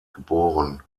geboren